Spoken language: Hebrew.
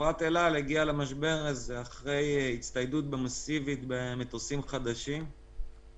חברת אל על הגיע למשבר הזה אחרי הצטיידות מסיבית במטוסים חדשים,